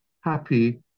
happy